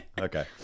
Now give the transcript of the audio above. Okay